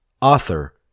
author